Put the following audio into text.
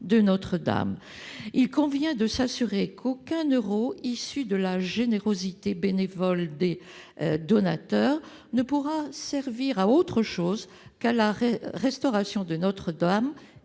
de Notre-Dame de Paris. Il convient de s'assurer qu'aucun euro issu de la générosité des donateurs ne pourra servir à autre chose qu'à la restauration de Notre-Dame